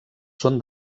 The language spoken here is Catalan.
són